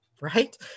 right